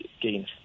gains